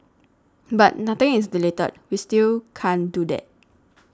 but nothing is deleted we still can't do that